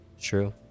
True